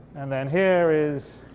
and then here is